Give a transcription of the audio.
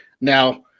Now